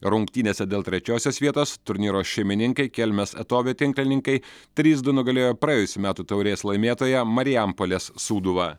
rungtynėse dėl trečiosios vietos turnyro šeimininkai kelmės atovė tinklininkai trys du nugalėjo praėjusių metų taurės laimėtoją marijampolės sūduvą